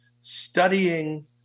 studying